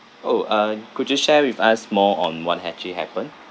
oh uh could you share with us more on what had actually happen